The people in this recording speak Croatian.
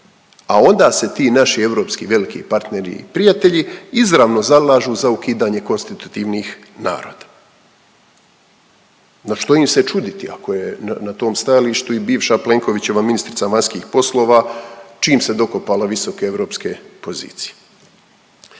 A onda se ti naši europski veliki partneri i prijatelji izravno zalažu za ukidanje konstitutivnih naroda. No što im se čuditi ako je na, na tom stajalištu i bivša Plenkovićeva ministrica vanjskih poslova, čim se dokopala visoke europske pozicije.